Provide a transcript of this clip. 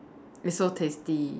it's so tasty